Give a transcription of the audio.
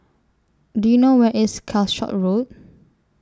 Do YOU know Where IS Calshot Road